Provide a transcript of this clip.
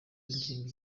ingingo